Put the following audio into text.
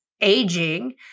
aging